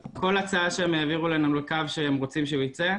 הצעה שהם העבירו לנו על קו שהם רוצים שהוא יצא.